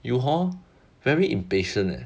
you hor very impatient leh